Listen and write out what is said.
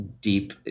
deep